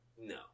No